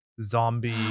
zombie